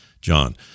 John